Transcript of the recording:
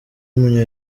w’umunya